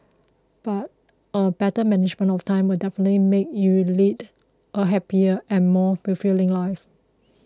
but a better management of time will definitely make you lead a happier and more fulfilling life